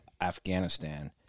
Afghanistan